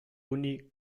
uni